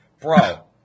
Bro